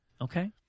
Okay